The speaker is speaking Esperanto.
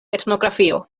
etnografio